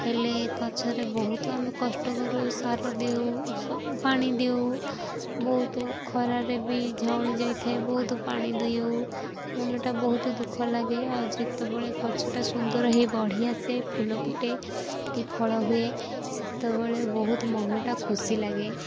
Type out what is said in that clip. ହେଲେ ଗଛରେ ବହୁତ ଆମେ କଷ୍ଟ କରୁ ସାର ଦିଅଉ ପାଣି ଦିଅଉ ବହୁତ ଖରାରେ ବି ଝାଉଁଳି ଯାଇଥାଏ ବହୁତ ପାଣି ଦିଅଉ ମନଟା ବହୁତ ଦୁଃଖ ଲାଗେ ଆଉ ଯେତେବେଳେ ଗଛଟା ସୁନ୍ଦର ହେଇ ବଢ଼ିଆସେ ଫୁଲ ଫୁଟେ କି ଫଳ ହୁଏ ସେତେବେଳେ ବହୁତ ମନଟା ଖୁସି ଲାଗେ